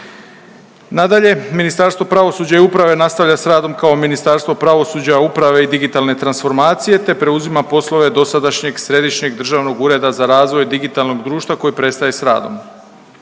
Nadalje, Ministarstvo pravosuđa i uprave nastavlja sa radom kao Ministarstvo pravosuđa, uprave i digitalne transformacije, te preuzima poslove dosadašnjeg Središnjeg državnog ureda za razvoj digitalnog društva koje prestaje sa radom.